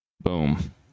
Boom